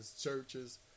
churches